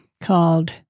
called